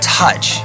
touch